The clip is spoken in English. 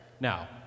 Now